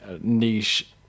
niche